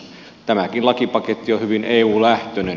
tämäkin lakipaketti on hyvin eu lähtöinen